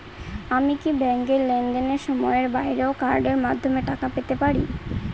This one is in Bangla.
আমি কি ব্যাংকের লেনদেনের সময়ের বাইরেও কার্ডের মাধ্যমে টাকা পেতে পারি?